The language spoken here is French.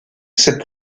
cette